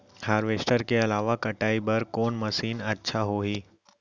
Harvester के अलावा कटाई बर कोन मशीन अच्छा होही?